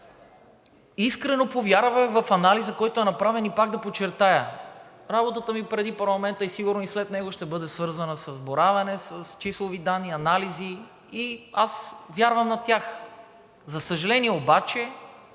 искрено повярвах в анализа, който е направен. И пак да подчертая, работата ми преди парламента, и сигурно и след него, ще бъде свързана с боравене с числови данни, анализи и аз вярвам на тях. За съжаление обаче,